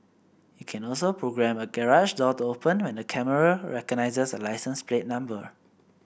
it can also programme a garage door to open when the camera recognises a license plate number